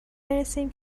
برسیم